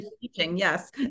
yes